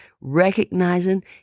recognizing